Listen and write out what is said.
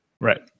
Right